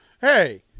hey